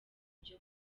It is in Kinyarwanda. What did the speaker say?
ibyo